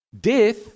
death